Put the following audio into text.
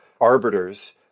arbiters